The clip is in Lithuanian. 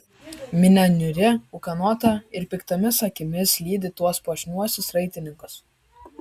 minia niūri ūkanota ir piktomis akimis lydi tuos puošniuosius raitininkus